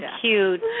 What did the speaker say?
cute